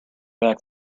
back